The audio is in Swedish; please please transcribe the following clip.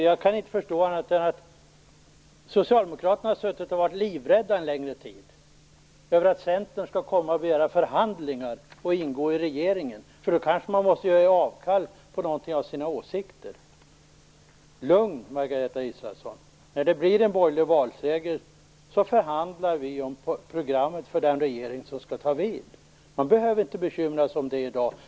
Jag kan inte förstå annat än att Socialdemokraterna har varit livrädda en längre tid för att Centern skall begära förhandlingar och vilja ingå i regeringen, för då kanske man måste göra avkall på några av sina åsikter. Lugn, Margareta Israelsson! När det blir en borgerlig valseger förhandlar vi om programmet för den regering som skall ta vid. Vi behöver inte bekymra oss om det i dag.